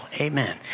Amen